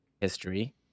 history